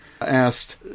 asked